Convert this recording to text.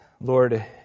Lord